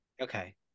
Okay